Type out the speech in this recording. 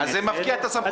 -- זה מפקיע את הסמכות שלו.